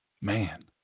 Man